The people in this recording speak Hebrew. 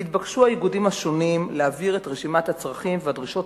התבקשו האיגודים השונים להעביר את רשימת הצרכים והדרישות